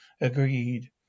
Agreed